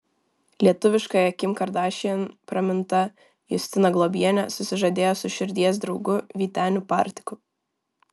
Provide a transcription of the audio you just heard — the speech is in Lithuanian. lietuviškąja kim kardašian praminta justina globienė susižadėjo su širdies draugu vyteniu partiku